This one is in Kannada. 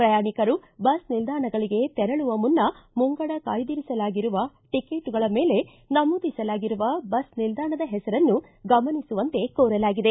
ಪ್ರಯಾಣಿಕರು ಬಸ್ ನಿಲ್ದಾಣಗಳಿಗೆ ತೆರಳುವ ಮುನ್ನ ಮುಂಗಡ ಕಾಯ್ದಿರಿಸಲಾಗಿರುವ ಟಿಕೇಟುಗಳ ಮೇಲೆ ನಮೂದಿಸಲಾಗಿರುವ ಬಸ್ ನಿಲ್ದಾಣದ ಹೆಸರನ್ನು ಗಮನಿಸುವಂತೆ ಕೋರಲಾಗಿದೆ